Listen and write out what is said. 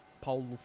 Paulo